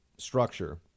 structure